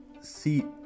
see